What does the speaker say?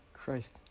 Christ